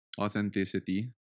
authenticity